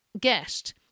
guest